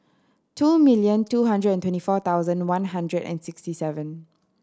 two million two hundred and twenty four thousand one hundred and sixty seven